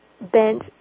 bent